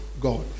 God